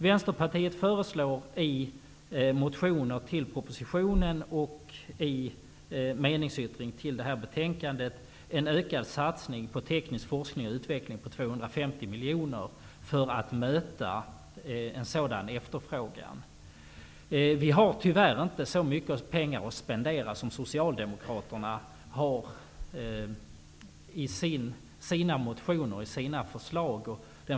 Vänsterpartiet föreslår i motioner till propositionen och i meningsyttringen till detta betänkande en ökad satsning på teknisk forskning och utveckling med 250 miljoner för att möta en sådan efterfrågan. Vi har tyvärr inte så mycket pengar att spendera som Socialdemokraterna har i sina motioner och i sina förslag.